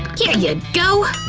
here you go.